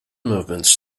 movements